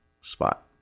spot